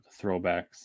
throwbacks